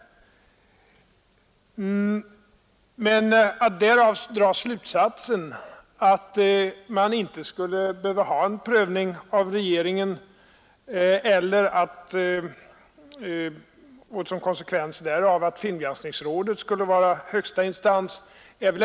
Men det är väl ändå en litet väl snabb slutsats att man inte skulle behöva ha en prövning av regeringen och att filmgranskningsrådet som konsekvens härav skulle vara högsta instans.